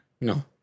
no